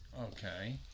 Okay